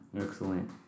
excellent